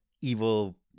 evil